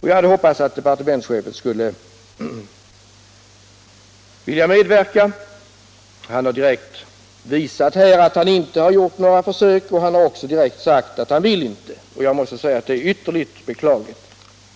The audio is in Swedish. Jag hade hoppats att departementschefen skulle vilja medverka till detta. Han har direkt visat att han inte gjort några försök härtill och även att han inte vill göra några sådana. Jag måste säga att det är ytterst beklagligt.